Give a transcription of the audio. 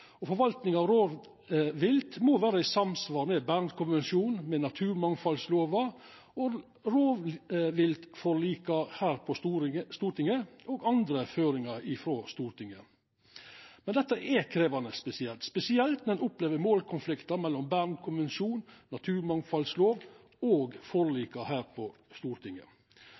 Forvaltninga av rovvilt må vera i samsvar med Bernkonvensjonen, naturmangfaldlova, rovviltforlika her på Stortinget og andre føringar frå Stortinget. Dette er krevjande, spesielt når ein opplever målkonfliktar mellom Bernkonvensjonen, naturmangfaldlova og forlika her på Stortinget.